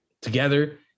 together